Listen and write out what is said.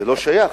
זה לא שייך,